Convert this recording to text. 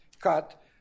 cut